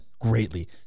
greatly